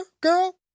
girl